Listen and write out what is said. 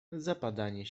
zapadanie